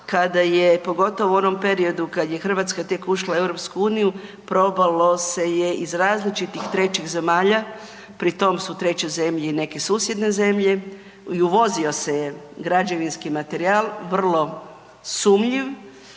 kada je, pogotovo u onom periodu kad je Hrvatska tek ušla u EU, probalo se je iz različitih trećih zemalja, pri tom su treće zemlje i neke susjedne zemlje, i uvozio se je građevinski materijal vrlo sumnjiv